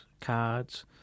cards